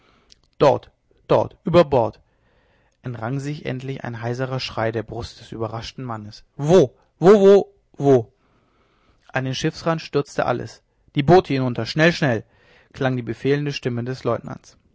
dort dort über bord entrang sich endlich ein heiserer schrei der brust des überraschten mannes wo wo wo an den schiffsrand stürzte alles die boote hinunter schnell schnell klang die befehlende stimme des leutnants